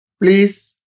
please